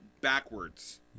Backwards